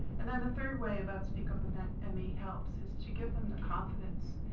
and then the third way about speak up about me helps is to give them the confidence.